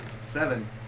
Seven